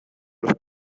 los